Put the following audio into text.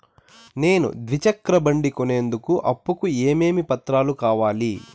నేను ద్విచక్ర బండి కొనేందుకు అప్పు కు ఏమేమి పత్రాలు కావాలి?